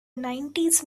nineties